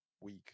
week